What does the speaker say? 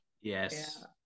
Yes